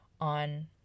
on